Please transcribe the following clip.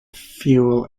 fuel